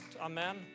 Amen